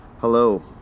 Hello